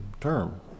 term